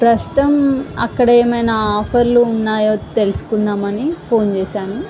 ప్రస్తుతం అక్కడ ఏమైనా ఆఫర్లు ఉన్నాయో తెలుసుకుందామని ఫోన్ చేసాను